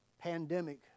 pandemic